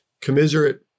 commiserate